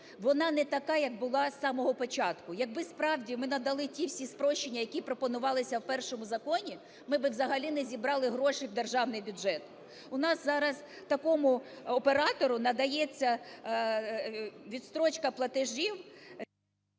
вона не така, як була з самого початку. Якби справді ми надали ті всі спрощення, які пропонувалися в першому законі, ми би взагалі не зібрали гроші в державний бюджет. У нас зараз такому оператору надається відстрочка платежів…